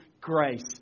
grace